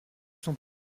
sont